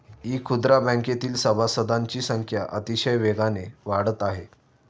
इखुदरा बँकेतील सभासदांची संख्या अतिशय वेगाने वाढत आहे